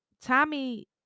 Tommy